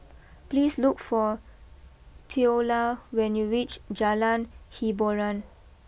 please look for Theola when you reach Jalan Hiboran